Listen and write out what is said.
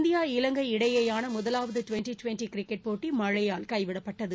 India Ilankai இடையேயான முதலாவது twenty twenty cricket போட்டி மழையால் கைவிடப்பட்டது